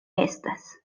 estas